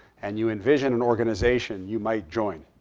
and you envision an organization you might join,